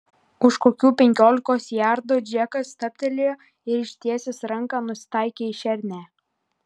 už kokių penkiolikos jardų džekas stabtelėjo ir ištiesęs ranką nusitaikė į šernę